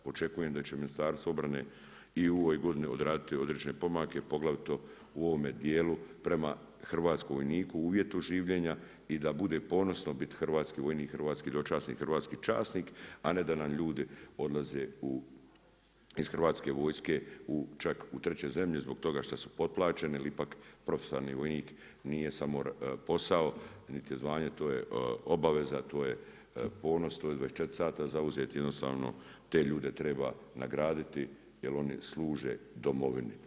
Očekujem da će Ministarstvo obrane i u ovoj godini odraditi određene pomake, poglavito u ovome dijelu prema hrvatskom vojniku, u uvjetu življenja i da bude ponosan biti hrvatski vojnik, hrvatski dočasnik i hrvatski časnik a ne da nam ljudi odlaze iz Hrvatske vojske u čak u 3 zemlje, zbog toga što su potplaćeni, jer ipak profesionalni vojnik nije samo posao, niti je zvanje, to je obaveza, to je ponos, to je 24 sata zauzet, jednostavno, te ljude treba nagraditi jer oni služe domovini.